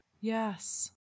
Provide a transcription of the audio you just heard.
Yes